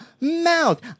Mouth